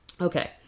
Okay